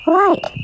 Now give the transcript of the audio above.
right